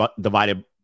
divided